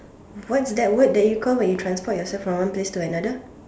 what is that word that you call when you transport yourself from one place to another